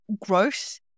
growth